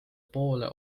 poole